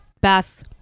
Bath